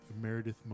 Meredith